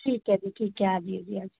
ਠੀਕ ਹੈ ਜੀ ਠੀਕ ਹੈ ਆ ਜਿਓ ਜੀ ਆ